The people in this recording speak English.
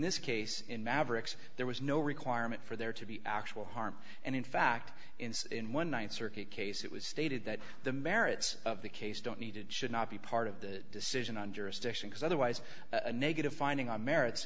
this case in maverick's there was no requirement for there to be actual harm and in fact in one th circuit case it was stated that the merits of the case don't need it should not be part of the decision on jurisdiction because otherwise a negative finding on merits